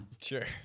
Sure